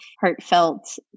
heartfelt